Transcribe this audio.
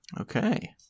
Okay